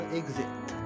exit